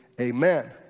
amen